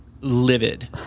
livid